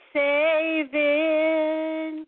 saving